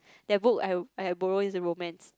that book I had I had borrow it to romance